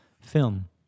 film